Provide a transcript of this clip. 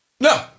No